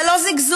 זה לא זיגזוג.